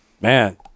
man